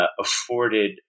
afforded